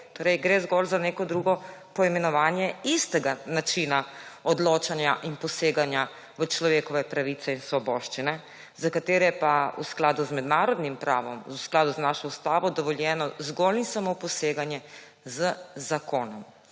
torej gre zgolj za neko drugo poimenovanje istega načina odločanja in poseganja v človekove pravice in svoboščine, za katere je pa v skladu z mednarodnim pravom, v skladu z našo ustavo dovoljeno zgolj in samo poseganje z zakonom.